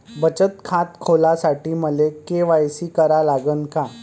बचत खात खोलासाठी मले के.वाय.सी करा लागन का?